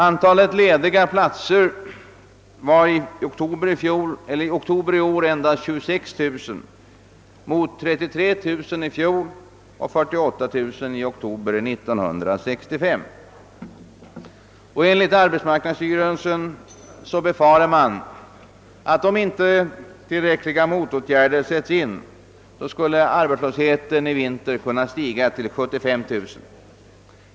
Antalet lediga platser var i oktober i år endast 26 000 mot 33 000 i oktober i fjol och 48 000 i oktober 1965. Enligt uppgifter från arbetsmarknadsstyrelsen befarar man, att om inte tillräckliga motåtgärder sätts in, så kan arbetslösheten i vinter stiga till 75 000.